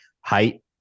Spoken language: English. height